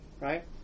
Right